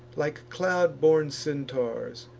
like cloud-born centaurs,